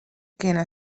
kinne